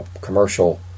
commercial